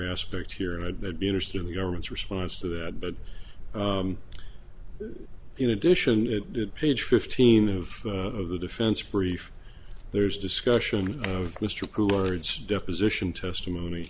aspect here and i'd be interested in the government's response to that but in addition it did page fifteen of the defense brief there's discussion of mr khulood says deposition testimony